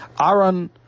Aaron